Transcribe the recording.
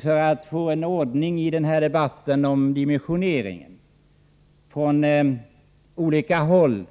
För att få ordning i debatten om dimensioneringen tycker jag att vi alla från olika håll